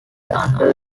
under